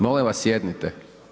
Molim vas sjednite.